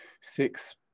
six